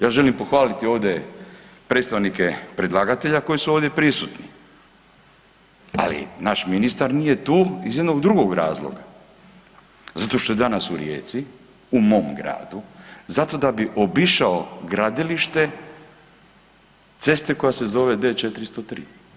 Ja želim pohvaliti ovdje predstavnike predlagatelja koji su ovdje prisutni, ali naš ministar nije tu iz jednog drugog razloga zato što je danas u Rijeci u mom gradu, zato da bi obišao gradilište ceste koja se zove D403.